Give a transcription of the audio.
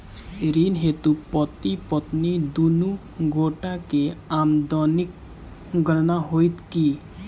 ऋण हेतु पति पत्नी दुनू गोटा केँ आमदनीक गणना होइत की?